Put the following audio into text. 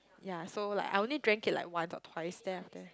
ya so like I only drank it like once or twice then after that